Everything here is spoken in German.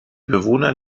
bewohner